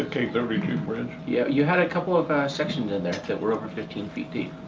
the k thirty two bridge. yeah, you had a couple of sections in there that were over fifteen feet deep.